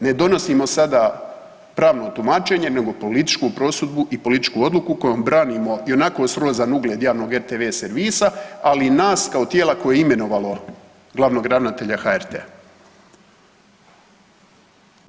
Ne donosimo sada pravno tumačenje nego političku prosudbu i političku odluku kojom branimo ionako srozan ugled javnog RTV servisa ali i nas tijela koje je imenovalo glavnog ravnatelja HRT-a.